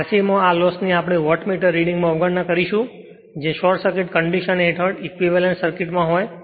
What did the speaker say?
R c માં આ loss ની આપણે વોટમીટર રીડિંગ માં અવગણના કરીશું જે શોર્ટ સર્કિટ કન્ડિશન હેઠળ ઇક્વીવેલેંટ સર્કિટમાં હોય